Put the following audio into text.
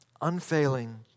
Unfailing